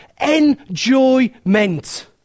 Enjoyment